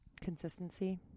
consistency